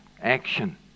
action